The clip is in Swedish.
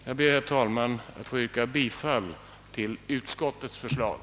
Jag ber, herr talman, att få yrka bifall till utskottets förslag.